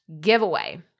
giveaway